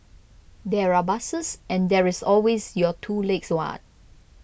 there are buses and there's always your two legs what